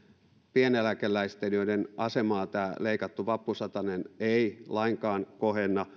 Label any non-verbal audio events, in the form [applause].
pieneläkeläisten asemaa tämä leikattu vappusatanen ei lainkaan kohenna [unintelligible]